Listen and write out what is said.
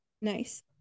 Nice